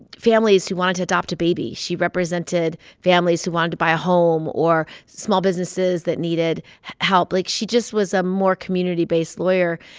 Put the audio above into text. families who wanted to adopt a baby. she represented families who wanted to buy a home or small businesses that needed help. like, she just was a more community-based lawyer.